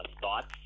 Thoughts